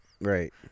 Right